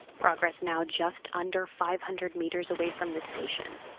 progress now just under five hundred meters away from the station.